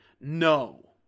No